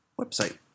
website